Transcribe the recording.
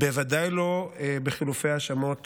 בוודאי לא בחילופי האשמות